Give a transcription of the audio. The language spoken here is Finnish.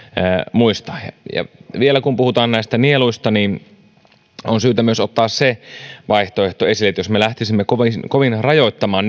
muistaa ja vielä kun puhutaan näistä nieluista niin on syytä ottaa myös se vaihtoehto esille että jos me lähtisimme kovin kovin rajoittamaan